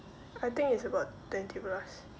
I think it's about twenty plus